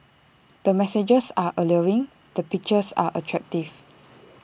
the messages are alluring the pictures are attractive